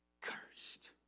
cursed